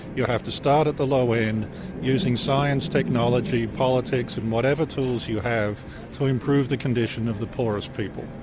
you have to start at the low end using science, technology, politics and whatever tools you have to improve the condition of the poorest people.